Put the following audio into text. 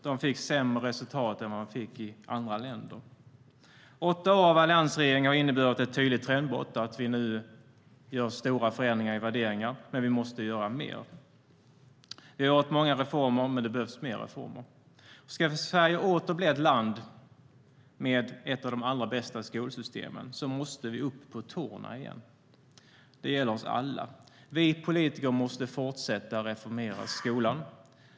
De fick sämre resultat än vad elever fick i andra länder. Åtta år av alliansregering har inneburit ett tydligt trendbrott. Vi gör nu stora förändringar i värderingar, men vi måste göra mer. Vi har gjort många reformer, men det behövs fler reformer. Ska Sverige åter bli ett land med ett av de allra bästa skolsystemen måste vi upp på tårna igen. Det gäller oss alla. Vi politiker måste fortsätta att reformera skolan.